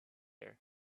air